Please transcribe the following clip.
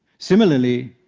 similarly,